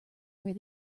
where